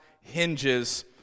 hinges